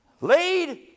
Lead